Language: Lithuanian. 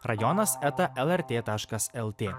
rajonas eta lrt taškas lt